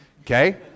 okay